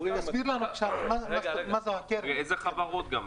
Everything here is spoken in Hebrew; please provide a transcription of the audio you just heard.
איזה חברות?